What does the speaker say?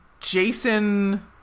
Jason